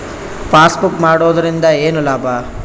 Passbook ಮಾಡುದರಿಂದ ಏನು ಲಾಭ?